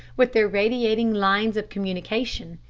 with their radiating lines of communication,